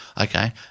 Okay